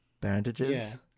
Bandages